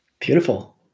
Beautiful